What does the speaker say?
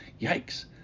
Yikes